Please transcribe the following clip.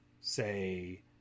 say